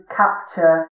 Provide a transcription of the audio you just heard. capture